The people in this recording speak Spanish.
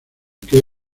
que